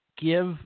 Give